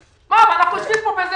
ואנחנו יושבים פה בשקט,